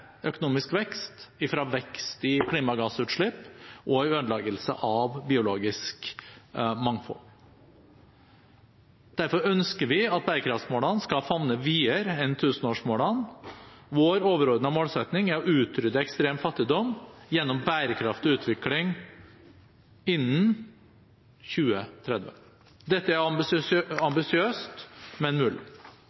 økonomisk vekst fra vekst i klimagassutslipp og i ødeleggelse av biologisk mangfold. Derfor ønsker vi at bærekraftmålene skal favne videre enn tusenårsmålene. Vår overordnede målsetting er å utrydde ekstrem fattigdom gjennom bærekraftig utvikling innen 2030. Dette er ambisiøst, men mulig.